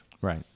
Right